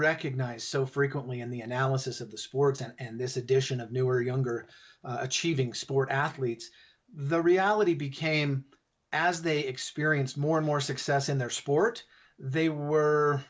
recognized so frequently in the analysis of the sports and this edition of newer younger achieving sport athletes the reality became as they experienced more and more success in their sport they were